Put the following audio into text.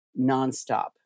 nonstop